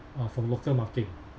ah for local market